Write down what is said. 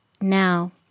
now